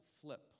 flip